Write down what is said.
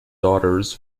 daughters